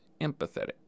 empathetic